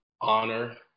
honor